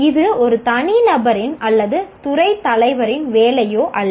இது ஒரு தனிநபரின் அல்லது துறை தலைவரின் வேலையோ அல்ல